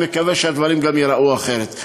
אני מקווה שהדברים גם ייראו אחרת.